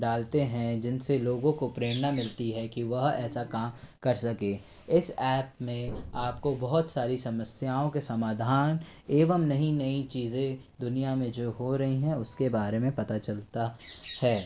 डालते हैं जिनसे लोगों को प्रेरणा मिलती है की वह ऐसा काम कर सके इस एप में आपको बहुत सारी समस्याओं के समाधान एवं नई नई चीज़ें दुनियाँ में जो हो रही हैं उसके बारे में पता चलता है